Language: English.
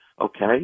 okay